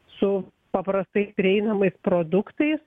su paprastai prieinamais produktais